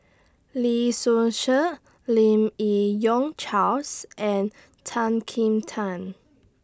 Lee Seow Ser Lim Yi Yong Charles and Tan Kim Tian